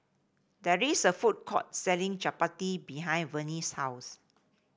there is a food court selling Chapati behind Venie's house